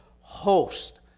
host